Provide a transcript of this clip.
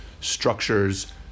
structures